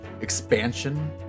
expansion